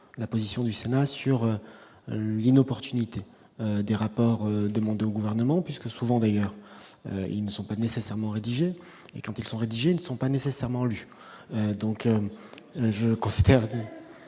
la position du Sénat sur l'inopportunité des rapports de monde gouvernement puisque souvent d'ailleurs ils ne sont pas nécessairement rédigé et quand ils sont rédigés ne sont pas nécessairement donc je considère,